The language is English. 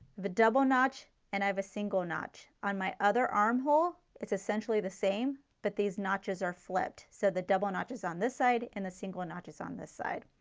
the double notch and i have a single notch. on my other armhole it's essentially the same, but these notches are flipped. so the double notches on this side and the single notches on this side.